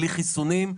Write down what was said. בלי חיסונים.